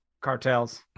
cartels